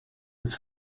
des